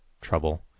trouble